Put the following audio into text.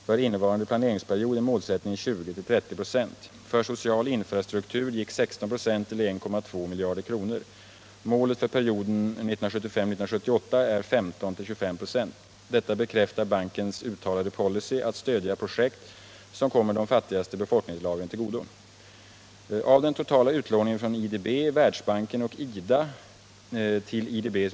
För innevarande planeringsperiod är målsättningen 20-30 26. För social infrastruktur gick 16 96 eller 1,2 miljarder kronor. Målet för perioden 1975-1978 är 15-25 26. Detta bekräftar bankens uttalade policy att stödja projekt som kommer de fattigaste befolkningslagren till godo.